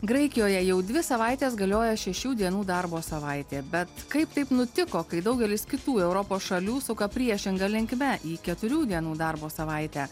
graikijoje jau dvi savaites galioja šešių dienų darbo savaitė bet kaip taip nutiko kai daugelis kitų europos šalių suka priešinga linkme į keturių dienų darbo savaitę